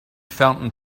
fountain